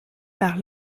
par